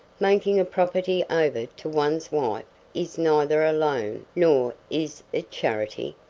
making property over to one's wife is neither a loan nor is it charity.